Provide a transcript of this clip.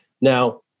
Now